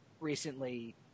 recently